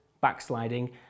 backsliding